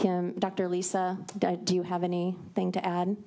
kim dr lisa do you have any thing to add